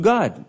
God